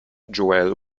joel